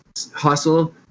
hustle